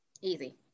Easy